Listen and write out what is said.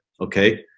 Okay